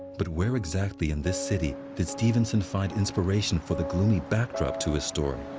but where exactly in this city did stevenson find inspiration for the gloomy backdrop to his story?